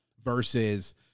versus